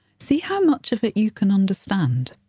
see how much of it you can understand.